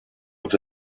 with